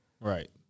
Right